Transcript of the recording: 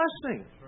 blessing